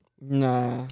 Nah